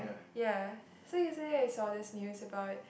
ya so yesterday I saw this news about it